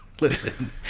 Listen